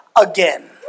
again